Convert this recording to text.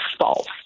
false